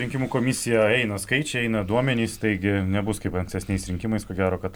rinkimų komisija eina skaičiai duomenys taigi nebus kaip ankstesniais rinkimais ko gero kad